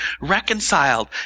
reconciled